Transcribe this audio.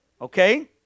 Okay